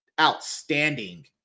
outstanding